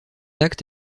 acte